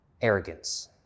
Arrogance